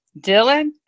Dylan